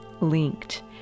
linked